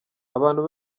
abantu